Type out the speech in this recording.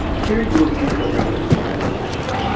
here you will see some numbers behind the latches,